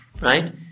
right